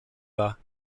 bas